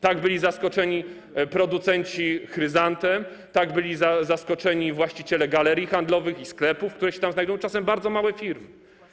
Tak byli zaskoczeni producenci chryzantem, tak byli zaskoczeni właściciele galerii handlowych i sklepów, które się tam znajdują, czasem bardzo małe firmy.